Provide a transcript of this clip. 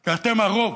כי אתם הרוב,